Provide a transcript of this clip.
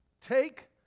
Take